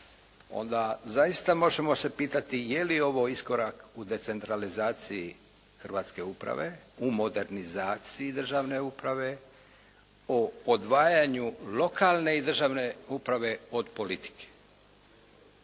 onda zaista možemo se pitati je li ovo iskorak u decentralizaciji hrvatske uprave, u modernizaciji državne uprave o odvajanju lokalne i državne uprave od politike?